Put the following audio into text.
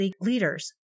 leaders